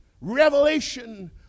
revelation